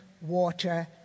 water